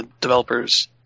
Developers